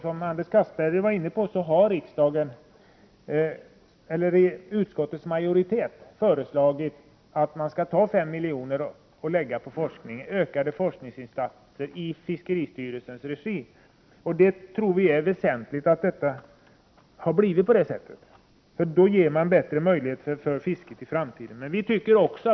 Som Anders Castberger var inne på har utskottets majoritet föreslagit att man skall avsätta 5 milj.kr. till ökade forskningsinsatser i fiskeristyrelsens regi. På det sättet ger man fisket bättre möjligheter i framtiden.